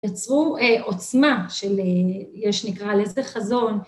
יצרו עוצמה של יש נקרא לזה חזון